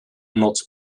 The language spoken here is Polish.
noc